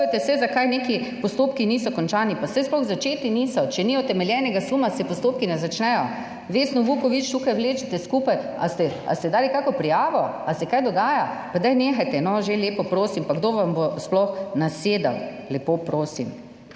se, zakaj neki postopki niso končani, pa saj sploh začeti niso, če ni utemeljenega suma, se postopki ne začnejo. Vesno Vuković tukaj vlečete skupaj. Ali ste, ali ste dali kakšno prijavo ali se kaj dogaja? Pa daj nehajte no že, lepo prosim, pa kdo vam bo sploh nasedel, lepo prosim,